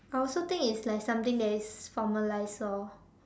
I also think it's like something that is formalized orh